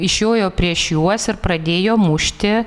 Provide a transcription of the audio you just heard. išjojo prieš juos ir pradėjo mušti